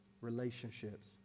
relationships